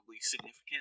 significant